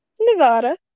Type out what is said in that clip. Nevada